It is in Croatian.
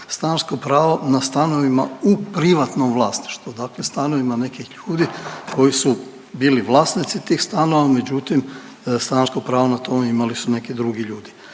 stanarsko pravo na stanovima u privatnom vlasništvu, dakle stanovima nekih ljudi koji su bili vlasnici tih stanova, međutim stanarsko pravo na to imali su neki drugi ljudi.